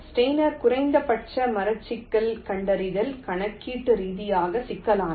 Steiner குறைந்தபட்ச மர சிக்கல் கண்டறிதல் கணக்கீட்டு ரீதியாக சிக்கலானது